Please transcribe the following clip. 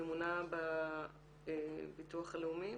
ממונה בביטוח הלאומי,